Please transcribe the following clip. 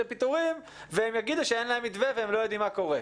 לפיטורים והם יגידו שאין להם מתווה והם לא יודעים מה קורה.